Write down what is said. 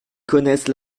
connaissent